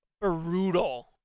brutal